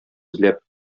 эзләп